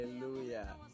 Hallelujah